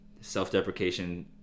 self-deprecation